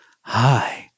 Hi